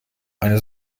eine